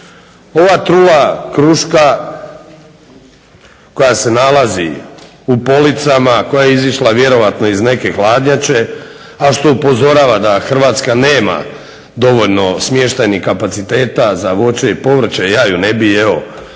Ova trula kruška koja se nalazi u policama koja je izišla vjerojatno iz neke hladnjače, a što upozorava da Hrvatska nema dovoljno smještajnih kapaciteta za voće i povrće. Ja je ne bih jeo